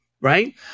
right